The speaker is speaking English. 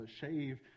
shave